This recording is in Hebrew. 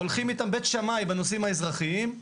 הולכים איתם בית שמאי בנושאים האזרחיים,